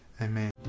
Amen